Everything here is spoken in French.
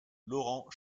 laurent